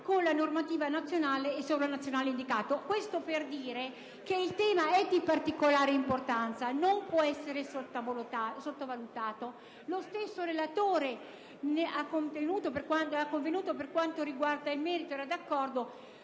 con la normativa nazionale e sovranazionale indicata. Il tema quindi è di particolare importanza e non può essere sottovalutato. Lo stesso relatore ne ha convenuto per quanto riguarda il merito dell'emendamento